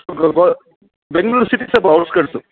Bengaluru city ಸ್ವಲ್ಪ outskirts